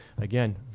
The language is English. again